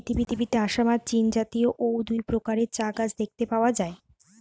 পৃথিবীতে আসাম আর চীনজাতীয় অউ দুই প্রকারের চা গাছ দেখতে পাওয়া যায়